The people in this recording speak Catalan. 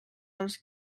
els